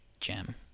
gem